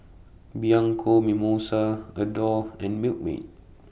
Bianco Mimosa Adore and Milkmaid